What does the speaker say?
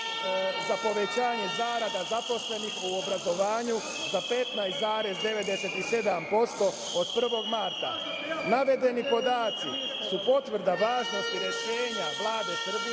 za povećanje zarada zaposlenih u obrazovanju za 15,97% od 1. marta. Navedeni podaci su potvrda važnosti rešenja Vlade Srbije